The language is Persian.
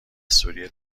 سوریه